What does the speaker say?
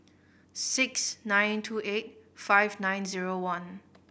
six nine two eight five nine zero one